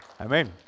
Amen